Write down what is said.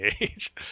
age